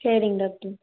சரிங்க டாக்டர்